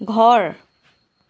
ঘৰ